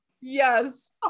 yes